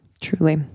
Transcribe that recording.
Truly